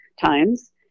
times